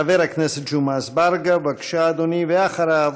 חבר הכנסת ג'מעה אזברגה, בבקשה, אדוני, ואחריו,